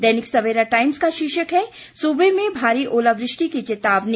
दैनिक Savera Times का शीर्षक है सूबे में भारी ओलावृष्टि की चेतावनी